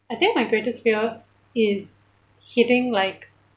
I think my greatest fear is hitting like